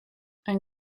ein